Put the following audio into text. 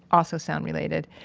also sound related.